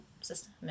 system